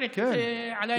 היא אומרת עליי דברים, כן.